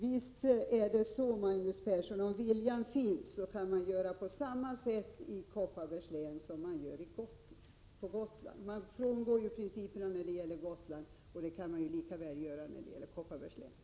Visst är det så, Magnus Persson, att om viljan finns så kan man göra på samma sätt i Kopparbergs län som man gör på Gotland. Man frångår ju principerna när det gäller Gotland, och det kan man lika väl göra i Kopparbergs län.